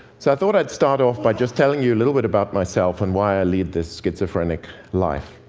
so i thought i'd start off by just telling you a little bit about myself and why i lead this schizophrenic life.